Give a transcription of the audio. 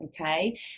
okay